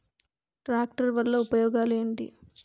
Tractor వల్ల ఉపయోగాలు ఏంటీ?